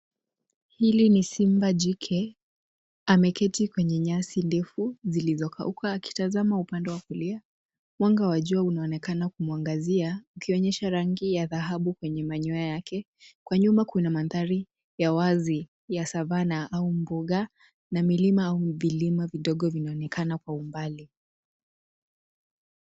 Hili ni simba jike. Ameketi kwenye nyasi ndefu zilizokauka akitazama upande wa kulia. Mwanga wa jua unaonekana kumangazia ukionyesha rangi ya dhahabu kwenye manyonya yake. Kwa nyuma kuna mandhariya wazi ya Savannah au mbuga na milima au vilima vidogo vinaonekana kwa mbali.